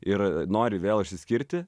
ir nori vėl išsiskirti